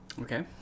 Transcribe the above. Okay